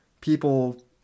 people